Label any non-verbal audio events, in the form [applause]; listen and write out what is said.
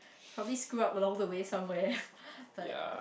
probably screw up along the way somewhere [laughs] but